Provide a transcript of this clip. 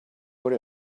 what